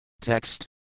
TEXT